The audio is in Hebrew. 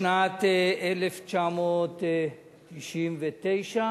בהצעת החוק הזו,